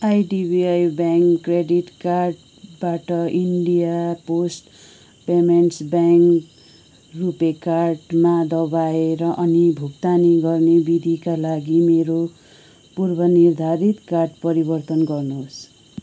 IDBI bank credit कार्डबाट India post payments bank RuPay कार्डमा दबाएर अनि भुक्तानी गर्ने विधिका लागि मेरो पूर्वनिर्धारित कार्ड परिवर्तन गर्नुहोस्